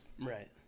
Right